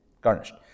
garnished